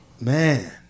man